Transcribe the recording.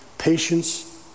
Patience